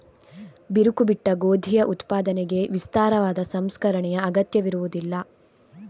ಬಿರುಕು ಬಿಟ್ಟ ಗೋಧಿಯ ಉತ್ಪಾದನೆಗೆ ವಿಸ್ತಾರವಾದ ಸಂಸ್ಕರಣೆಯ ಅಗತ್ಯವಿರುವುದಿಲ್ಲ